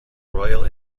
royal